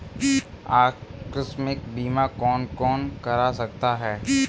आकस्मिक बीमा कौन कौन करा सकता है?